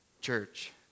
Church